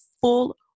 full